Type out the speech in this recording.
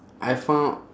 I found